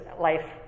life